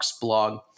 blog